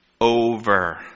over